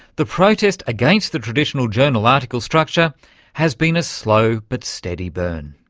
the protest against the traditional journal article structure has been a slow but steady burn.